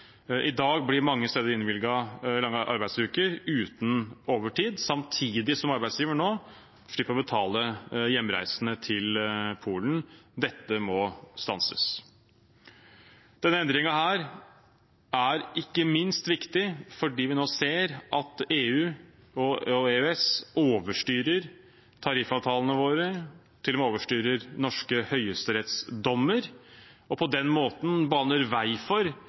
I dag blir det mange steder innvilget lange arbeidsuker uten overtid, samtidig som arbeidsgiver nå slipper å betale hjemreisene til Polen. Dette må stanses. Denne endringen er ikke minst viktig fordi vi nå ser at EU og EØS overstyrer tariffavtalene våre. De overstyrer til og med norske høyesterettsdommer. På den måten banes det vei for